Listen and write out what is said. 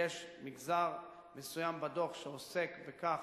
יש מגזר מסוים בדוח שעוסק בכך